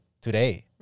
today